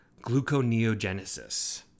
gluconeogenesis